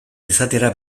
izatera